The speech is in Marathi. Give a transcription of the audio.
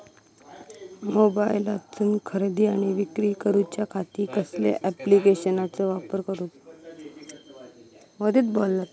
मोबाईलातसून खरेदी आणि विक्री करूच्या खाती कसल्या ॲप्लिकेशनाचो वापर करूचो?